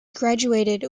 graduated